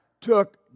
Took